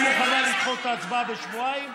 היא מוכנה לדחות את ההצבעה בשבועיים?